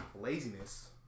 laziness